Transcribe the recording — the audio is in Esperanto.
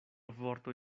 vorto